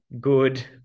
good